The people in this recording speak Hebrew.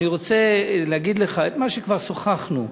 אני רוצה להגיד לך את מה שכבר שוחחנו עליו: